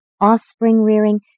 offspring-rearing